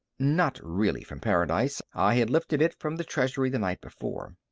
not really from paradise i had lifted it from the treasury the night before.